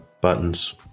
buttons